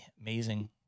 amazing